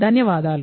ధన్యవాదాలు